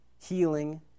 healing